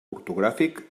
ortogràfic